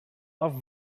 are